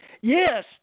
Yes